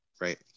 right